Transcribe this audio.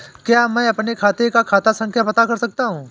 क्या मैं अपने खाते का खाता संख्या पता कर सकता हूँ?